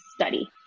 study